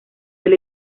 del